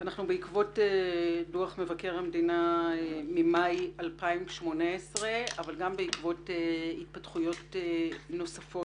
זאת בעקבות דוח מבקר המדינה ממאי 2018 אבל גם בעקבות התפתחויות נוספות.